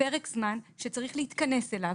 פרק זמן שצריך להתכנס אליו,